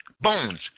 Bones